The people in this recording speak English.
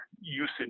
usage